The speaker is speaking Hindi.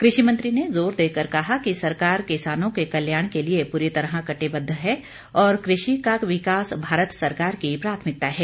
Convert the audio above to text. कृषि मंत्री ने जोर देकर कहा कि सरकार किसानों के कल्याण को लिए पूरी तरह कटिबद्ध है और कृषि का विकास भारत सरकार की प्राथमिकता है